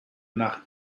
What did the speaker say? nach